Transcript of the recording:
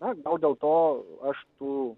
na gal dėl to aš tų